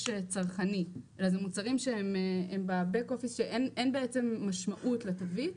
צרכני אלא זה מוצרים שהם ב"בק-אופיס" ואין משמעות לתווית,